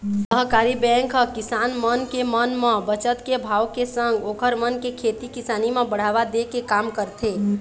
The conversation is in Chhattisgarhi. सहकारी बेंक ह किसान मन के मन म बचत के भाव के संग ओखर मन के खेती किसानी म बढ़ावा दे के काम करथे